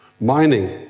Mining